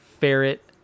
ferret